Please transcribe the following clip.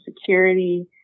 security